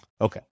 Okay